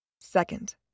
Second